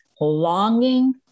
longing